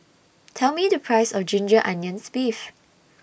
Tell Me The Price of Ginger Onions Beef